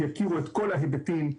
יכירו את כל ההיבטים.